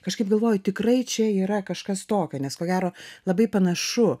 kažkaip galvoju tikrai čia yra kažkas tokio nes ko gero labai panašu